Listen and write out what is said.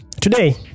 today